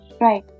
Right